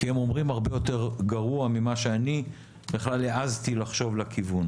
כי הם אומרים הרבה יותר גרוע ממה שאני בכלל העזתי לחשוב לכיוון,